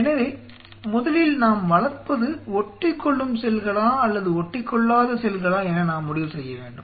எனவே முதலில் நாம் வளர்ப்பது ஒட்டிக்கொள்ளும் செல்களா அல்லது ஒட்டிக்கொள்ளாத செல்களா என நாம் முடிவு செய்ய வேண்டும்